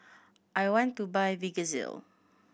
I want to buy Vagisil